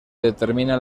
determina